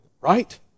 Right